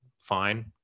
fine